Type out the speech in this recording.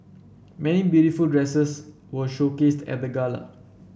many beautiful dresses were showcased at the gala